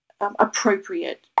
appropriate